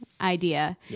idea